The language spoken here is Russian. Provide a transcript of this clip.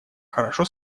хорошо